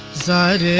side,